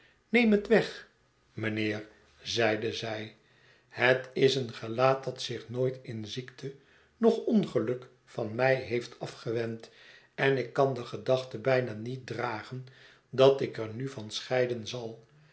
neem het weg mijnheer zeide zij het is een gelaat dat zich nooit in ziekte noch ongeluk van mij heeft afgewend en ik kan de gedachte bijna niet dragen dat ik er nu van scheiden zal